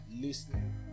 listening